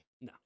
No